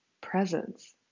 presence